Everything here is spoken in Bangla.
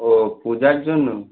ও পূজার জন্য